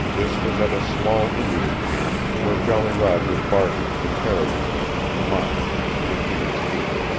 this was at a small indian camp where jolly roger bartered for caribou meat and moccasins for peter's feet.